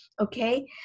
okay